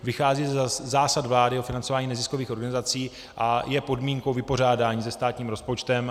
Vychází ze zásad vlády o financování neziskových organizací a je podmínkou vypořádání se státním rozpočtem.